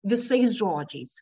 visais žodžiais